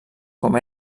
com